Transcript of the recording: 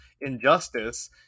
Injustice